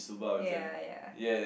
ya ya